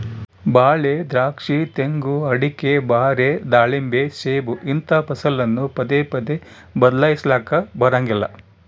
ಬಾಳೆ, ದ್ರಾಕ್ಷಿ, ತೆಂಗು, ಅಡಿಕೆ, ಬಾರೆ, ದಾಳಿಂಬೆ, ಸೇಬು ಇಂತಹ ಫಸಲನ್ನು ಪದೇ ಪದೇ ಬದ್ಲಾಯಿಸಲಾಕ ಬರಂಗಿಲ್ಲ